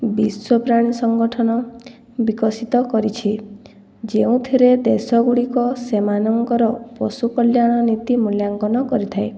ବିଶ୍ଵ ପ୍ରାଣୀ ସଂଗଠନ ବିକଶିତ କରିଛି ଯେଉଁଥିରେ ଦେଶ ଗୁଡ଼ିକ ସେମାନଙ୍କର ପଶୁକଲ୍ୟାଣ ନୀତି ମୂଲ୍ୟାଙ୍କନ କରିଥାଏ